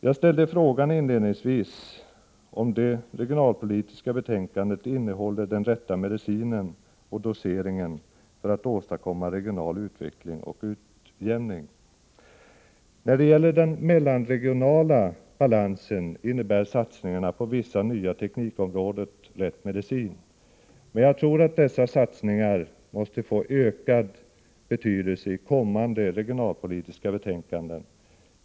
Jag ställde inledningsvis frågan om det regionalpolitiska betänkandet innehåller den rätta medicinen och doseringen för att åstadkomma regional utveckling och utjämning. När det gäller den mellanregionala balansen innebär satsningarna på vissa nya teknikområden rätt medicin, men jag tror att dessa satsningar måste få ökad betydelse i kommande regionalpolitiska betänkanden.